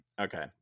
Okay